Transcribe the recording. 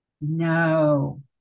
No